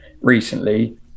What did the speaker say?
recently